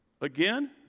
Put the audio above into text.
again